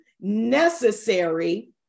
necessary